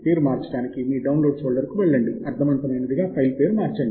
పేరు మార్చడానికి మీ డౌన్లోడ్ ఫోల్డర్కు వెళ్లండి అర్ధవంతమైనది గా ఫైల్ పేరు మార్చండి